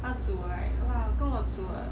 他煮 right 跟我煮